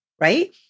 right